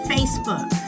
Facebook